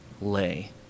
lay